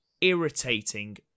irritating